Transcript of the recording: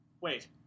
Wait